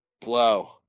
Blow